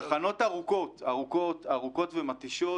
תחנות ארוכות ומתישות,